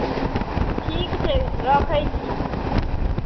ठीक छै रखै छी